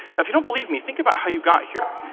if you don't believe me, think about how you got here.